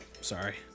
sorry